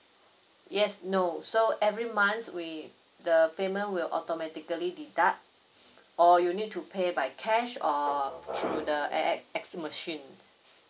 yes no so every month we the payment will automatically deduct or you need to pay by cash or err through the A_S_X machine